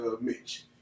Mitch